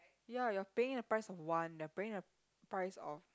ya you are paying the price of one they are paying the price of